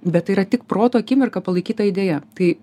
bet tai yra tik proto akimirką palaikyta idėja tai